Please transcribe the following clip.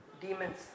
demons